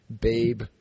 Babe